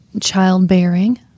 childbearing